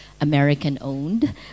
American-owned